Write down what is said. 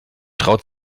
traut